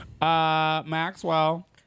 Maxwell